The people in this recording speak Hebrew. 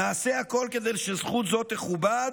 נעשה הכול כדי שזכות זו תכובד